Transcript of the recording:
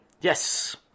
Yes